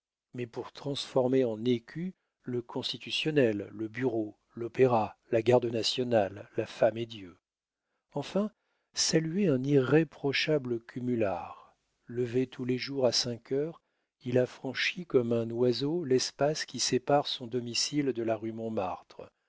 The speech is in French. mais pour transformer en écus le constitutionnel le bureau l'opéra la garde nationale la femme et dieu enfin saluez un irréprochable cumulard levé tous les jours à cinq heures il a franchi comme un oiseau l'espace qui sépare son domicile de la rue montmartre